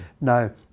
no